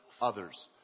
others